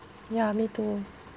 ya me too